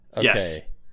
Yes